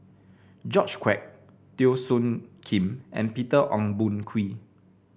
George Quek Teo Soon Kim and Peter Ong Boon Kwee